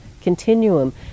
continuum